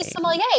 sommelier